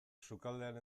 sukaldean